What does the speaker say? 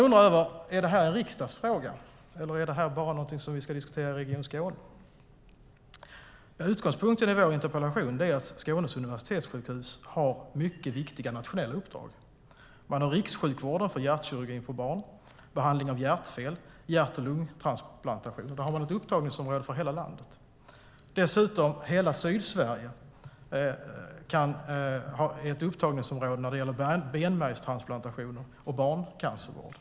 Är detta då en riksdagsfråga, eller är det någonting som vi bara ska diskutera i Region Skåne? Utgångspunkten i vår interpellation är att Skånes universitetssjukhus har mycket viktiga nationella uppdrag. Man har rikssjukvården för barnhjärtkirurgi, behandling av hjärtfel och hjärt och lungtransplantationer. Där har man hela landet som upptagningsområde. Dessutom är hela Sydsverige upptagningsområde när det gäller benmärgstransplantationer och barncancervård.